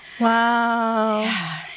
Wow